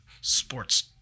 sports